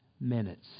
minutes